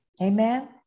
Amen